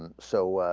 and so ah.